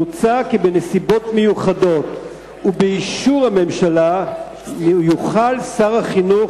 מוצע כי בנסיבות מיוחדות ובאישור הממשלה יוכל שר החינוך